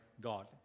God